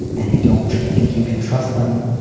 and i don't think you can trust them.